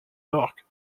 orques